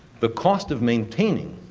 the cost of maintaining